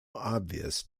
obvious